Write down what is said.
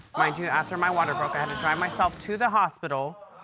mind you, after my water broke, i had to drive myself to the hospital.